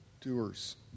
Doers